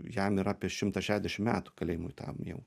jam yra apie šimtą šedešim metų kalėjimui tam jau